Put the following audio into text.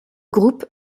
groupe